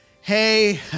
hey